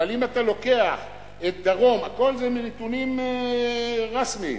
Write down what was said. והכול מנתונים רשמיים: